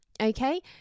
okay